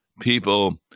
people